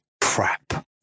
crap